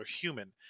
human